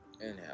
Inhale